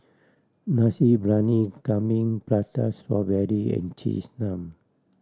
Nasi Briyani Kambing Prata Strawberry and Cheese Naan